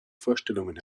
vorstellungen